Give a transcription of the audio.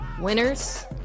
Winners